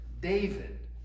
David